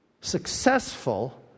successful